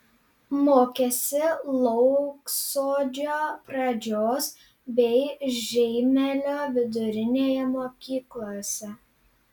mokėsi lauksodžio pradžios bei žeimelio vidurinėje mokyklose